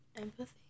empathy